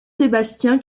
sébastien